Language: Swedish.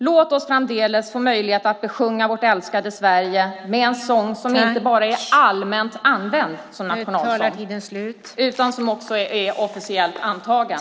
Låt oss framdeles få möjlighet att besjunga vårt älskade Sverige med en sång som inte bara är allmänt använd som nationalsång utan som också är officiellt antagen!